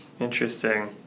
Interesting